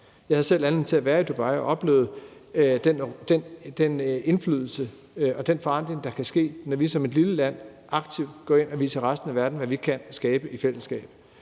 Jeg havde selv anledning til at være i Dubai og opleve den indflydelse og den forandring, der kan ske, når vi som et lille land aktivt går ind og viser resten af verden, hvad vi kan skabe i fællesskab.